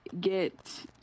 get